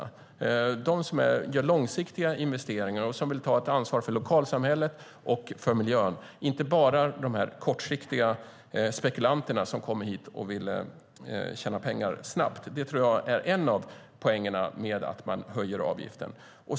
Vi får dem som gör långsiktiga investeringar och vill ta ett ansvar för lokalsamhället och miljön, inte bara de kortsiktiga spekulanter som kommer hit och vill tjäna pengar snabbt. Det tror jag är en av poängerna med att höja avgiften.